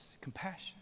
compassion